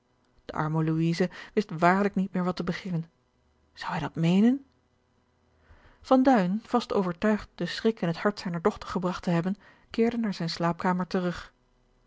arme louise wist waarlijk niet meer wat te beginnen zou hij dat meenen van duin vast overtuigd den schrik in het hart zijner dochter gebragt te hebben keerde naar zijne slaapkamer terug